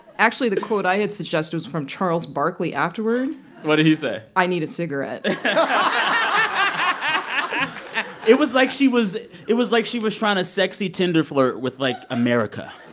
actually, the quote i had suggested was from charles barkley afterward what did he say? i need a cigarette it was like she was it was like she was trying to sexy tinder flirt with, like, america